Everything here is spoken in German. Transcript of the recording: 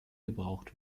gebraucht